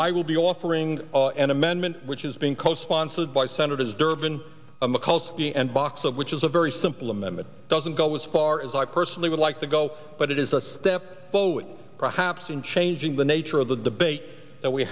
i will be offering an amendment which as being co sponsored by senators durbin a costly and box of which is a very simple amendment doesn't go as far as i personally would like to go but it is a step forward perhaps in changing the nature of the debate that we